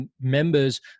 members